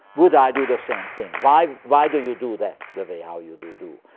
would i do the same thing? why why do you do that the way how you do do?